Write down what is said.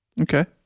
Okay